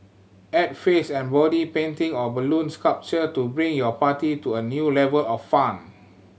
add face and body painting or balloon sculpture to bring your party to a new level of fun